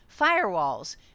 firewalls